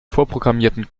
vorprogrammierten